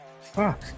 Fuck